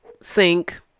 sink